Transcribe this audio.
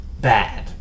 bad